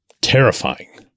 Terrifying